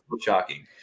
Shocking